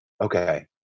Okay